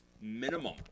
minimum